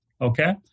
Okay